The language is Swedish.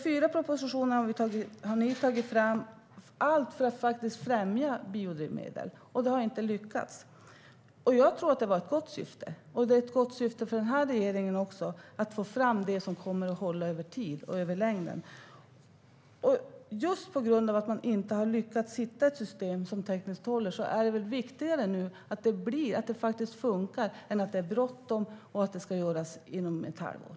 Fyra propositioner har ni alltså tagit fram, allt för att främja biodrivmedel, men det har inte lyckats. Jag tror att det var ett gott syfte, och regeringen har ett gott syfte i att få fram det som kommer att hålla över tid och i längden. Just på grund av att man inte har lyckats hitta ett system som tekniskt håller är det väl viktigare nu att det faktiskt funkar än att det är bråttom och ska göras inom ett halvår.